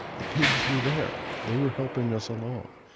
the pigs were there. they were helping us along.